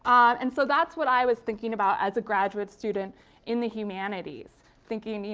um and so that's what i was thinking about as a graduate student in the humanities. thinking. i mean